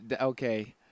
okay